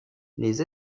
les